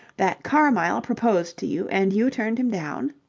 that carmyle proposed to you and you turned him down?